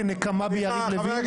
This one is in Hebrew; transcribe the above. כנקמה ביריב לוין?